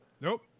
Nope